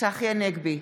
צחי הנגבי,